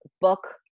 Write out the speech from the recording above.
book